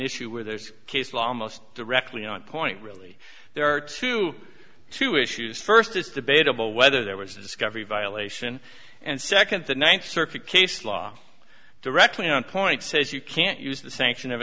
issue where there's case law almost directly on point really there are two two issues first it's debatable whether there was discovery violation and second the ninth circuit case law directly on point says you can't use the sanction of